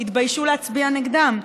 התביישו להצביע נגדם.